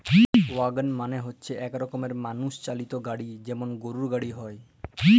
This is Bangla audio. ওয়াগল মালে হচ্যে এক রকমের মালষ চালিত গাড়ি যেমল গরুর গাড়ি হ্যয়